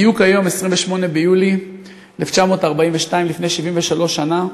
בדיוק היום, 28 ביולי 1942, לפני 73 שנה,